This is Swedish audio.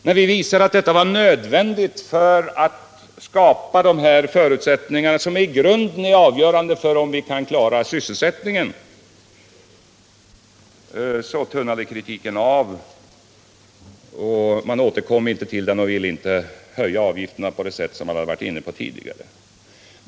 Men vi visade att det var nödvändigt för att skapa de förutsättningar som i grunden är avgörande för om vi kan klara sysselsättningen. Så tunnade kritiken av och man återkom inte till den. Man ville inte höja avgifterna på det sätt som tidigare förordats.